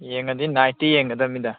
ꯌꯦꯡꯉꯗꯤ ꯅꯥꯏꯠꯇ ꯌꯦꯡꯒꯗꯃꯤꯗ